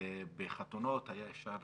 בחתונות היה אפשר